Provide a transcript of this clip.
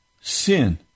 sin